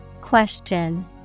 Question